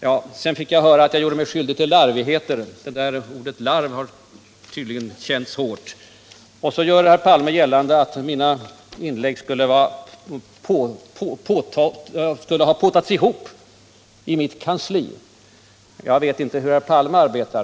Jag fick vidare höra att jag gjorde mig skyldig till larvigheter — ordet ”larv” har tydligen känts hårt — och herr Palme gör gällande att mina inlägg skulle ha ”påtats ihop på mitt kansli.” Ja, jag vet inte hur herr Palme själv arbetar.